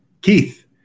Keith